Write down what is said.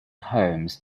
homes